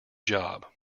job